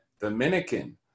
Dominican